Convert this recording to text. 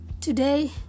today